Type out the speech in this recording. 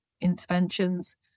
interventions